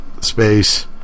space